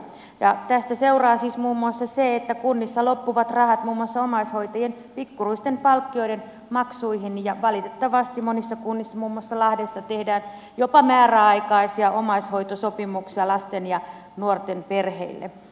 tästä seuraa siis muun muassa se että kunnissa loppuvat rahat muun muassa omaishoitajien pikkuruisten palkkioiden maksuihin ja valitettavasti monissa kunnissa muun muassa lahdessa tehdään jopa määräaikaisia omaishoitosopimuksia lasten ja nuorten perheille